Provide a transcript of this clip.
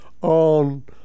on